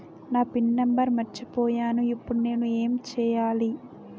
నా PIN number మర్చిపోయాను ఇప్పుడు నేను ఎంచేయాలి?